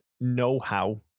know-how